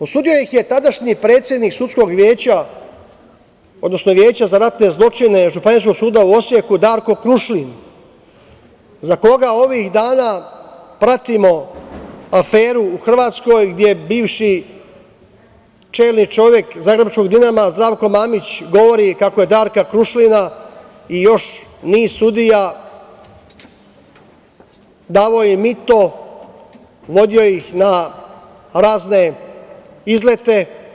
Osudio ih je tadašnji predsednik Veća za ratne zločine Županijskog suda u Osijeku Darko Krušlin za koga ovih dana pratimo aferu u Hrvatsku, gde bivši čelni čovek zagrebačkog „Dinama“ Zdravko Mamić govori kako je Darku Krušlinu i još nizu sudija davao mito, vodio ih na razne izlete.